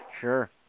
Sure